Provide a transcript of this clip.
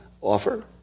offer